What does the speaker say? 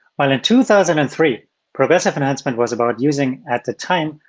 while in two thousand and three progressive enhancement was about using, at the time,